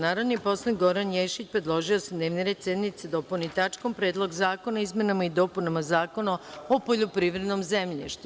Narodni poslanik Goran Ješić predložio je da se dnevni red sednice dopuni tačkom - Predlog zakona o izmenama i dopunama Zakona o poljoprivrednom zemljištu.